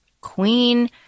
queen